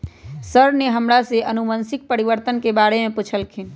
sir ने हमरा से अनुवंशिक परिवर्तन के बारे में पूछल खिन